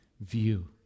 view